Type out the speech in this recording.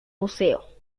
museo